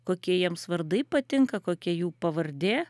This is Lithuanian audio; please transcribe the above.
kokie jiems vardai patinka kokia jų pavardė